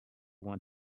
want